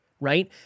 right